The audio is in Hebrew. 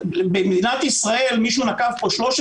במדינת ישראל מישהו נקב פה 13 בודקים.